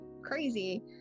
crazy